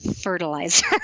fertilizer